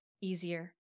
easier